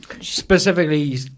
specifically